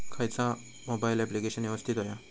खयचा mobile application यवस्तित होया?